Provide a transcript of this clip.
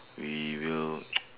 we will